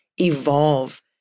evolve